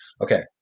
Okay